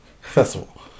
festival